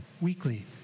weekly